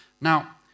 Now